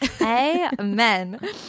amen